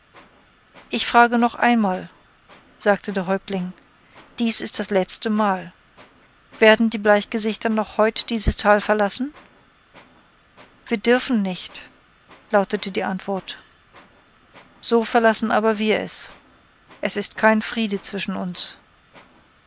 ich frage noch einmal sagte der häuptling dies ist das letzte mal werden die bleichgesichter noch heut dieses tal verlassen wir dürfen nicht lautete die antwort so verlassen aber wir es es ist kein friede zwischen uns